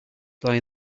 fly